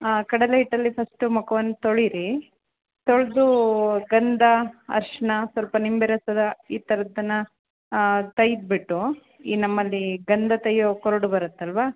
ಹಾಂ ಕಡಲೆ ಹಿಟ್ಟಲ್ಲಿ ಫಸ್ಟ್ ಮುಖವನ್ನ ತೊಳಿಯಿರಿ ತೊಳೆದು ಗಂಧ ಅರಿಶಿಣ ಸ್ವಲ್ಪ ನಿಂಬೆ ರಸದ ಈ ಥರದ್ದನ್ನ ತೆಯ್ದ್ಬಿಟ್ಟು ಈ ನಮ್ಮಲ್ಲಿ ಗಂಧ ತೊಯ್ಯೋ ಕೊರಡು ಬರುತ್ತೆ ಅಲ್ಲವಾ